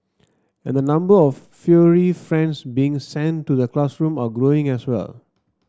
and the number of furry friends being sent to the classroom are growing as well